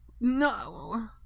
no